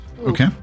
Okay